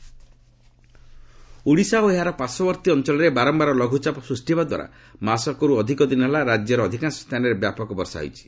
Odisha rain Odisha ଓ ଏହାର ପାର୍ଶ୍ୱବର୍ତ୍ତୀ ଅଞ୍ଚଳରେ ବାରମ୍ଭାର ଲଘ୍ରଚାପ ସୃଷ୍ଟି ହେବାଦ୍ୱାରା ମାସକରୁ ଅଧିକ ଦିନ ହେଲା ରାଜ୍ୟର ଅଧିକାଂଶ ସ୍ଥାନରେ ବ୍ୟାପକ ବର୍ଷା ହୋଇଛି